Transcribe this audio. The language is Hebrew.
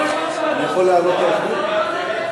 יכול לעלות ולהסביר?